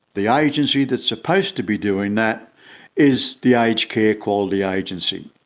the agency that's supposed to be doing that is the aged care quality agency,